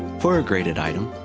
for a graded item,